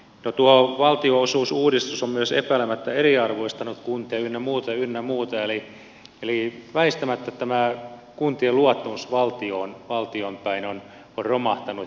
no tuo valtionosuusuudistus on myös epäilemättä eriarvoistanut kuntia ynnä muuta ynnä muuta eli väistämättä tämä kuntien luottamus valtioon päin on romahtanut